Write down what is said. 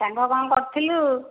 ସାଙ୍ଗ କ'ଣ କରୁଥିଲୁ